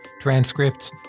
transcripts